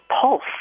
pulse